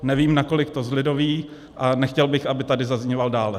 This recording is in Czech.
Nevím, nakolik to zlidoví, a nechtěl bych, aby tady zazníval dále.